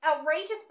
outrageous